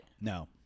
No